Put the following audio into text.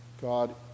God